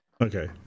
Okay